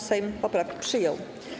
Sejm poprawkę przyjął.